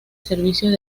servicios